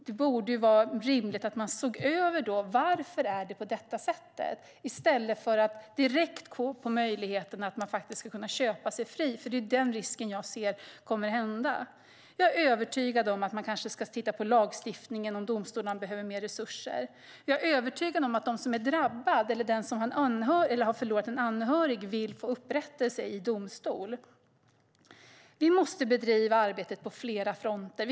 Det borde vara rimligt att se över varför det är så här i stället för att direkt gå på möjligheten att köpa sig fri, vilket jag ser som en risk. Man måste titta på lagstiftningen och om domstolarna behöver mer resurser. Jag är övertygad om att den som är drabbad eller har förlorat en anhörig vill få upprättelse i domstol. Vi måste bedriva arbetet på flera fronter.